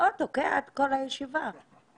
תוקע את כל הישיבה.